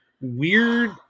weird